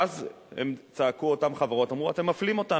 ואז הן צעקו, אותן חברות, אמרו: אתם מפלים אותנו.